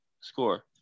score